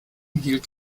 hielt